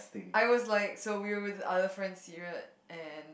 I was like so we were with the other friends serious and